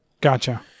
Gotcha